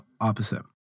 opposite